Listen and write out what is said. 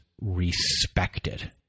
respected